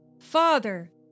Father